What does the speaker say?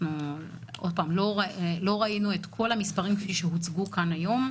אנחנו לא ראינו את כל המספרים כפי שהם הוצגו כאן היום,